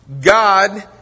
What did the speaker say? God